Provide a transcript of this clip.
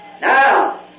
Now